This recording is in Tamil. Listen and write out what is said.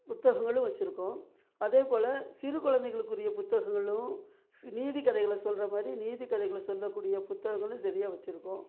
புத்தகங்களும் வச்சுருக்கோம் அதேபோல் சிறு குழந்தைகளுக்குரிய புத்தகங்களும் நீதி கதைகளை சொல்கிற மாதிரி நீதி கதைகளை சொல்லக்கூடிய புத்தகங்களும் சரியாக வச்சுருக்கோம்